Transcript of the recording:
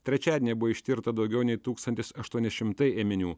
trečiadienį buvo ištirta daugiau nei tūkstantis aštuoni šimtai ėminių